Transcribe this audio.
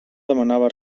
demanava